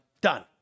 done